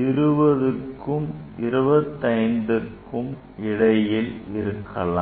20க்கும் 25க்கும் இடையில் இருக்கலாம்